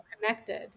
connected